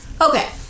okay